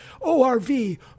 ORV